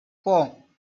four